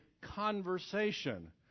conversation